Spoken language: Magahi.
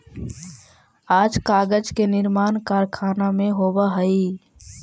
आज कागज के निर्माण कारखाना में होवऽ हई